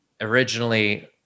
originally